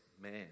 man